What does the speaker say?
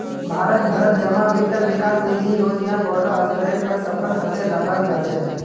भारत भरत जमा वित्त विकास निधि योजना बोडो स्तरेर पर सफल हते दखाल जा छे